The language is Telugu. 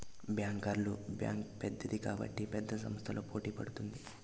బ్యాంకర్ల బ్యాంక్ పెద్దది కాబట్టి పెద్ద సంస్థలతో పోటీ పడుతుంది